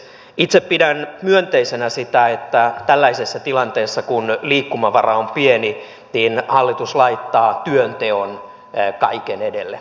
itse pidän myönteisenä sitä että tällaisessa tilanteessa kun liikkumavara on pieni hallitus laittaa työnteon kaiken edelle